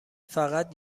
فقط